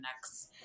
next